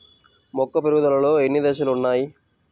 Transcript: మొక్క పెరుగుదలలో ఎన్ని దశలు వున్నాయి?